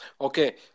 Okay